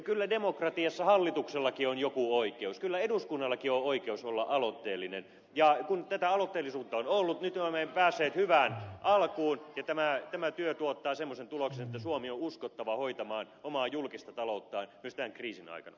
kyllä demokratiassa hallituksellakin on joku oikeus kyllä eduskunnallakin on oikeus olla aloitteellinen ja kun tätä aloitteellisuutta on ollut nyt me olemme päässeet hyvään alkuun ja tämä työ tuottaa semmoisen tuloksen että suomi on uskottava hoitamaan omaa julkista talouttaan myös tämän kriisin aikana